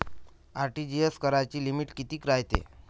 RTGS कराची limit कितीक रायते?